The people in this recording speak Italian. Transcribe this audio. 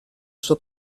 sua